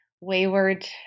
wayward